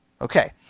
Okay